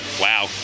Wow